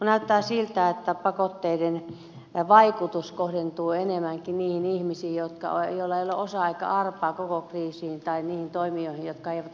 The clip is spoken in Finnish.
näyttää siltä että pakotteiden vaikutus kohdentuu enemmänkin niihin ihmisiin joilla ei ole osaa eikä arpaa koko kriisiin tai niihin toimijoihin jotka eivät ole tässä mukana